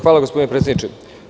Hvala, gospodine predsedniče.